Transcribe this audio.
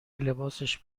لباسش